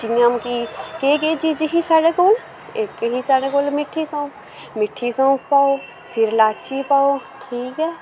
जियां की केह् केह् चीज़ ही साढ़े कोल इक ही साढ़े कोल मिट्ठी सोंफ मिट्ठी सोंफ पाओ फिर लाची पाओ ठीक ऐ